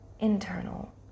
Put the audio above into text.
internal